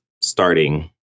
starting